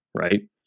Right